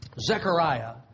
Zechariah